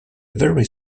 very